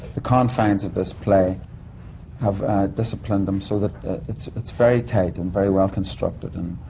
the confines of this play have disciplined him so that it's. it's very tight and very well constructed. and